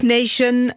Nation